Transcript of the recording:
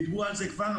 דיברו על זה כבר,